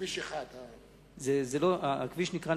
מכביש 1. הכביש נקרא,